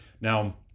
now